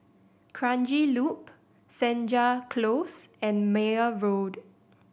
Kranji Loop Senja Close and Meyer Road